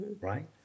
right